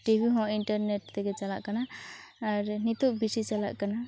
T ᱵᱷᱤ ᱦᱚᱸ internet ᱛᱮᱜᱮ ᱪᱟᱞᱟᱜ ᱠᱟᱱᱟ ᱟᱨ ᱱᱤᱛᱚᱜ ᱵᱤᱥᱤ ᱪᱟᱞᱟᱜ ᱠᱟᱱᱟ